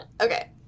Okay